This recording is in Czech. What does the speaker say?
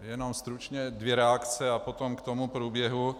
Jenom stručně dvě reakce a potom k tomu průběhu.